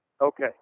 Okay